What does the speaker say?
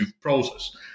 process